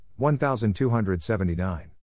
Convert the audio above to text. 1279